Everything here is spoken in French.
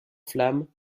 flamme